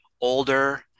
older